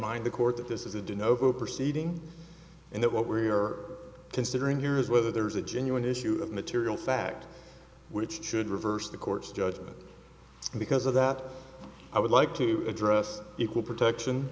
remind the court that this is a dyno proceeding and that what we are considering here is whether there is a genuine issue of material fact which should reverse the court's judgment because of that i would like to address equal protection